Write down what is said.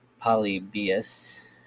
Polybius